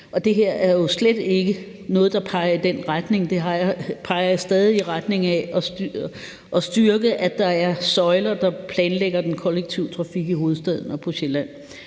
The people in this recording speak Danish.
Og det her jo slet ikke noget, der peger i den retning. Det peger stadig retning af at styrke, at der er søjler, der planlægger den kollektive trafik i hovedstaden og på Sjælland.